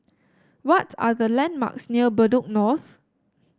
what are the landmarks near Bedok North